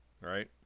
right